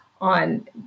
on